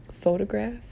photograph